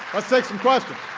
let's take some questions.